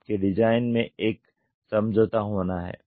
आपके डिजाइन में एक समझौता होना हैं